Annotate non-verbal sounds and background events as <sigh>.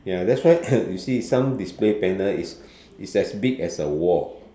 ya that's why <coughs> you see some display panel is is as big as a wall